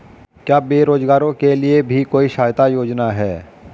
क्या बेरोजगारों के लिए भी कोई सहायता योजना है?